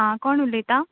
आ कोण उलयता